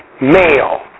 male